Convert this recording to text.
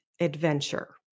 adventure